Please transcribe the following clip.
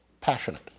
passionate